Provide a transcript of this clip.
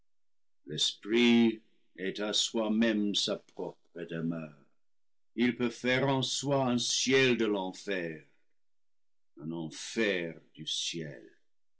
l'esprit est à soi-même sa propre demeure il peut faire en soi un ciel de l'enfer un enfer du ciel